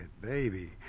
baby